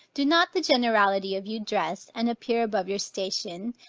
do not the generality of you dress, and appear above your station,